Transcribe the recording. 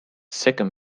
second